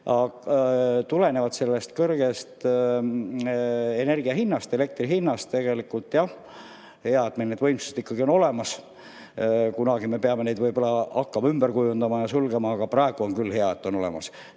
Tulenevalt kõrgest energiahinnast, elektri hinnast, on tegelikult hea, et meil need võimsused on ikkagi olemas. Kunagi me peame neid võib-olla hakkama ümber kujundama ja sulgema, aga praegu on küll hea, et need on olemas.